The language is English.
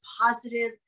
positive